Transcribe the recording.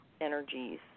energies